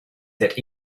that